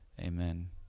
Amen